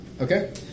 Okay